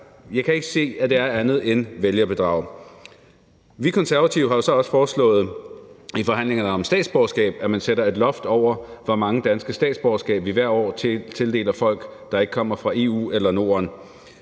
jeg kan ikke se, at det er andet end vælgerbedrag. Vi Konservative har jo så også foreslået i forhandlingerne om statsborgerskab, at man sætter et loft over, hvor mange danske statsborgerskaber vi hvert år tildeler folk, der ikke kommer fra EU eller Norden.